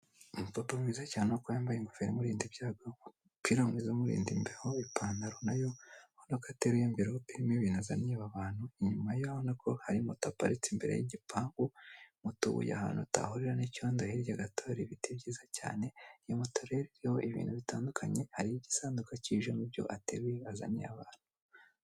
Umupapa mwiza cyane nkuko yambaye ingofero imurinda ibyago, umupira mwiza umurinda imbeho, ipantalo nayo ubona ko ateruye amvelope irimo ibintu azaniye aba bantu, inyuma ye urabona ko hari moto aparitse inyuma y'igipangu, moto ivuye ahantu atahurira n'icyondo hirya gato hari ibiti byiza cyane. Iyo moto iriho ibintu bitandukanye hariho igisanduku kije mubyo ateruye azaniye abantu.